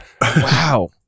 wow